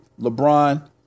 LeBron